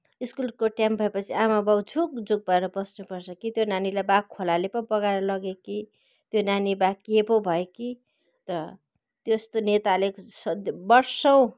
स्कुलको टाइम भएपछि आमाबाउ झुक झुक भएर बस्नुपर्छ कि त्यो नानीलाई बा खोलाले पो बगाएर लग्यो कि त्यो नानी बा के पो भयो कि र त्यस्तो नेताले सदैव वर्षौँ